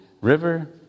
river